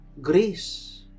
grace